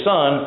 Son